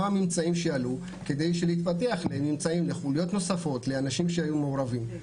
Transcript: מה הממצאים שעלו כדי להתפתח לחוליות נוספות ולאנשים שהיו מעורבים.